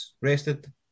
rested